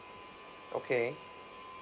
okay